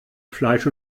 fleisch